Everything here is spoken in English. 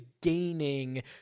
gaining